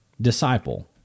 disciple